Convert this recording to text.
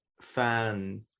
fan